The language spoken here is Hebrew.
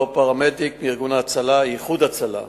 שבו פרמדיק מארגון ההצלה "איחוד הצלה"